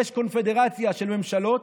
יש קונפדרציה של ממשלות.